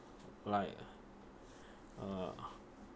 like uh